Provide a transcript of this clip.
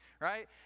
right